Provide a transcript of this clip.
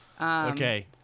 Okay